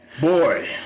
boy